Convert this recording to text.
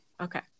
Okay